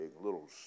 little